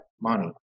money